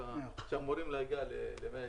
כשאמורים להגיע ל-120,000.